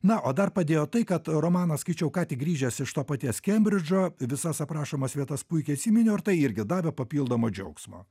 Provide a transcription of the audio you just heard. na o dar padėjo tai kad romaną skaičiau ką tik grįžęs iš to paties kembridžo visas aprašomas vietas puikiai atsiminiau ir tai irgi davė papildomo džiaugsmo